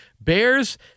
Bears